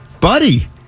buddy